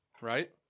right